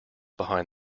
behind